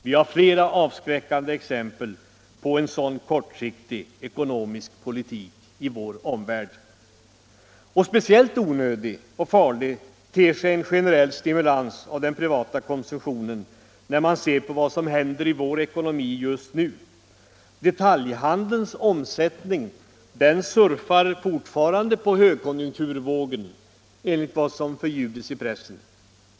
Vi har flera avskräckande exempel på denna kortsiktiga ekonomiska politik i vår omvärld. Speciellt onödig och farlig ter sig en generell stimulans av den privata konsumtionen när man ser på vad som händer i vår ekonomi just nu. Detaljhandelns omsättning surfar fortfarande på högkonjunkturvågen, enligt vad som förljudes i pressen.